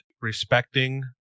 respecting